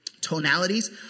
tonalities